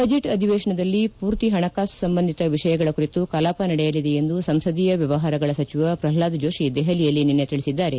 budget ಅಧಿವೇಶನದಲ್ಲಿ ಪೂರ್ತಿ ಹಣಕಾಸು ಸಂಬಂಧಿತ ವಿಷಯಗಳ ಕುರಿತು ಕಲಾಪ ನಡೆಯಲಿದೆ ಎಂದು ಸಂಸದೀಯ ವ್ಯವಹಾರಗಳ ಸಚಿವ ಪ್ರಹ್ನಾದ್ ಜೋಷಿ ದೆಹಲಿಯಲ್ಲಿ ನಿನ್ನೆ ತಿಳಿಸಿದ್ದಾರೆ